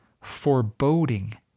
foreboding